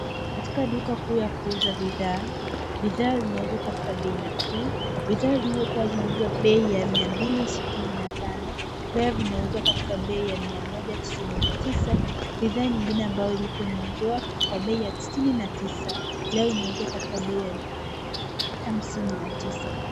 Katika duka kuu ya kuuza bidhaa, bidhaa zinauzwa katika bei nafuu. Bidhaa zilizo kuwa zinauzwa kwa bei ya mia mbili sitini na tano, leo vinauzwa katika bei ya mia moja tisini na tisa. Bidhaa nyingine amabyo ilikuwa inauzwa kwa bei tisini na tisa, leo inauzwa kwa bei ya hamsini na tisa.